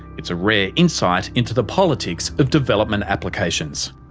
it's a rare insight into the politics of development applications.